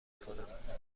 کنم